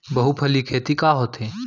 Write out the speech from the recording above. बहुफसली खेती का होथे?